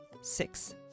six